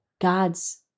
God's